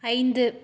ஐந்து